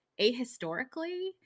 ahistorically